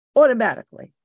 automatically